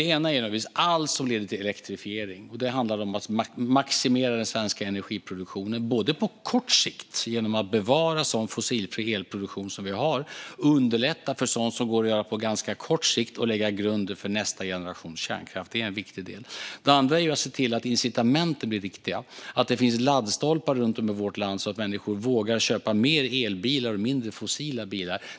En är naturligtvis att göra allt som leder till elektrifiering. Det handlar både om att maximera den svenska energiproduktionen på kort sikt, genom att bevara den fossilfria elproduktion vi har och underlätta för sådant som går att göra på ganska kort sikt, och om att lägga grunden för nästa generations kärnkraft. Det är en viktig del. Det andra är att se till att incitamenten blir riktiga - att det finns laddstolpar runt om i vårt land så att människor vågar köpa fler elbilar och färre fossila bilar.